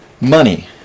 money